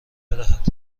بدهد